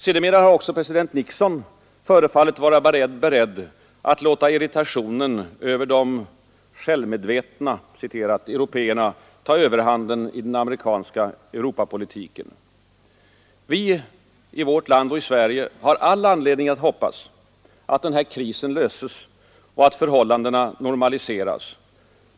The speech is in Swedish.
Sedermera har även president Nixon förefallit vara beredd att låta irritationen över de ”självmedvetna” européerna ta överhanden i den amerikanska Europapolitiken. Vi i Europa och Sverige har all anledning hoppas att den här ”krisen” löses och att förhållandena normaliseras.